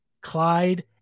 Clyde